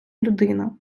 людина